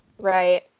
Right